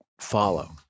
follow